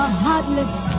heartless